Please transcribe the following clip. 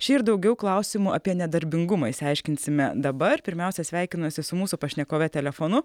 šį ir daugiau klausimų apie nedarbingumą išsiaiškinsime dabar pirmiausia sveikinuosi su mūsų pašnekove telefonu